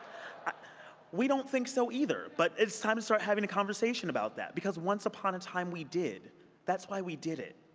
ah we don't think so either, but it's time to start having a conversation about that, because once upon a time we domestic that's why we did it.